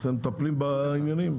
אתם מטפלים בעניינים?